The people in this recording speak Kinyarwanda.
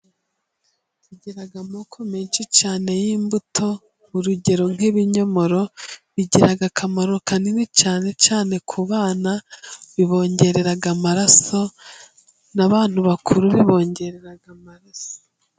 Zigira amoko menshi cyane y'imbuto. Urugero nk'ibinyomoro bigira akamaro kanini cyane cyane ku bana bibongerera amaraso , n'abantu bakuru bibongerera amaraso.